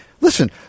listen